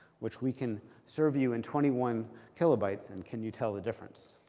which we can serve you in twenty one kilobytes, and can you tell the difference?